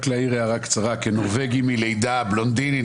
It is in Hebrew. כנורבגי מלידה, בלונדיני,